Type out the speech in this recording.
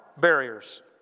barriers